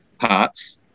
parts